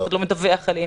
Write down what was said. אף אחד לא מדווח עליהם.